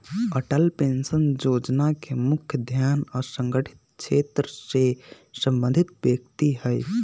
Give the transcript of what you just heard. Atal pension जोजना के मुख्य ध्यान असंगठित क्षेत्र से संबंधित व्यक्ति हइ